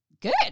good